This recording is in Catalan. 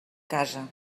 casa